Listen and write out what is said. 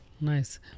Nice